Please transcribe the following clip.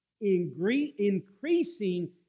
increasing